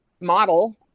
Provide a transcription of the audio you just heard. model